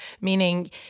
meaning